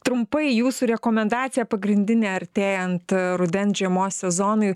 trumpai jūsų rekomendacija pagrindinė artėjant rudens žiemos sezonui